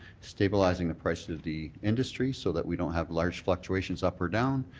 stabilizing the price of the industry, so that we don't have large fluctuations up or down,